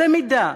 במידה.